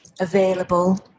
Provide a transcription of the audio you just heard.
available